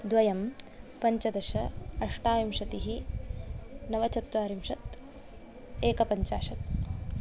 द्वयं पञ्चदश अष्टाविंशतिः नवचत्वारिंशत् एकपञ्चाशत्